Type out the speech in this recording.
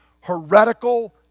Heretical